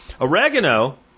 oregano